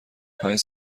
پنج